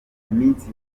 iminsi